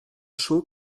chaud